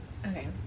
Okay